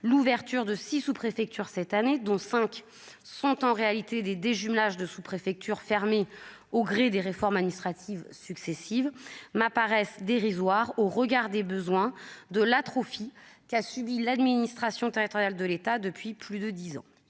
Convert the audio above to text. l'ouverture de six, sous-préfecture, cette année, dont 5 sont en réalité des des jumelages de sous-préfecture fermée au gré des réformes administratives successives m'apparaissent dérisoires au regard des besoins de l'atrophie qu'a subi l'administration territoriale de l'État depuis plus de 10 ans,